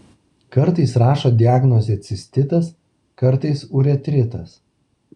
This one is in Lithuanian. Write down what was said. kartais rašo diagnozę cistitas kartais uretritas